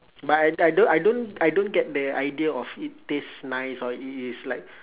but I I don't I don't I don't get the idea of it taste nice or it is like